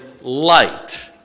light